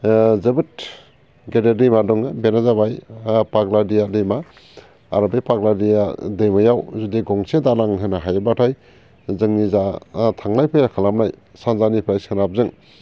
जोबोद गेदेर दैमा दङ बेनो जाबाय पाग्लादिया दैमा आरो बे पाग्लादिया दैमायाव जुदि गंसे दालां होनो हायोबाथाय जोंनि जा थांलाय फैलाय खालामनाय सानजानिफ्राय सोनाबजों